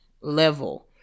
level